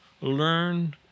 learn